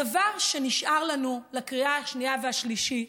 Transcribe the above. הדבר שנשאר לנו לקריאה השנייה והשלישית,